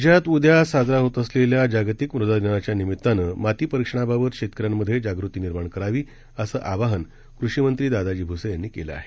राज्यात उद्या साजराहोत असलेल्या जागतिक मृदादिनाच्या निमीतानंमातीपरीक्षणा बाबत शेतकऱ्यांमध्येजागृतीनिर्माणकरावीअसंआवाहनकृषिमंत्रीदादाजीभुसेयांनीकेलंआहे